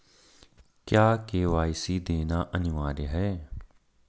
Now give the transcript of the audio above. क्या के.वाई.सी देना अनिवार्य है?